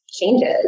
changes